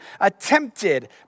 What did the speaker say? attempted